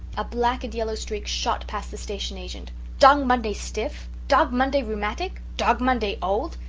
a black-and-yellow streak shot past the station agent. dog monday stiff? dog monday rheumatic? dog monday old?